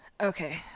okay